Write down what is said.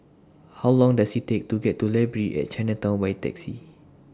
How Long Does IT Take to get to Library At Chinatown By Taxi